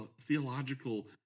theological